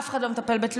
אף אחד לא מטפל בתלונות,